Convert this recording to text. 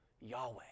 Yahweh